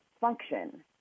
function